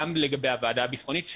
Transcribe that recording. גם לגבי הוועדה הביטחונית,